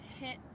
hit